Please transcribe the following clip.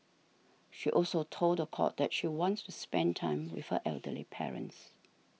she also told the court that she wants to spend time with her elderly parents